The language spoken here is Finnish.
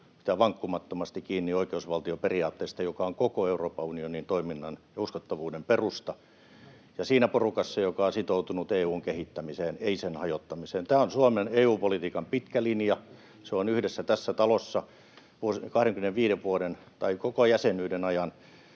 pitää vankkumattomasti kiinni oikeusvaltioperiaatteesta, joka on koko Euroopan unionin toiminnan ja uskottavuuden perusta, ja siinä porukassa, joka on sitoutunut EU:n kehittämiseen, ei sen hajottamiseen. Tämä on Suomen EU-politiikan pitkä linja. Se on yhdessä tässä talossa koko jäsenyyden ajan